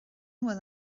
bhfuil